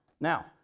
Now